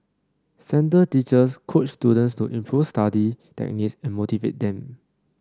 centre teachers coach students to improve study techniques and motivate them